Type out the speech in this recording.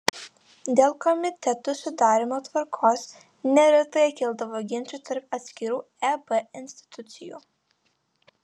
dėl komitetų sudarymo tvarkos neretai kildavo ginčų tarp atskirų eb institucijų